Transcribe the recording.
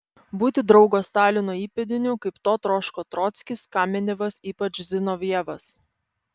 būti draugo stalino įpėdiniu kaip to troško trockis kamenevas ypač zinovjevas